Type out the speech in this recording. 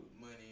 money